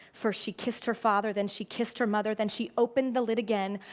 for she kissed her father, then she kissed her mother, then she opened the lid again,